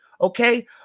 Okay